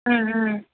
ம் ம்